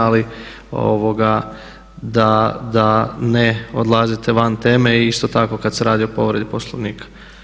Ali da ne odlazite van teme i isto tako kad se radi o povredi Poslovnika.